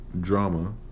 drama